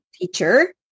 teacher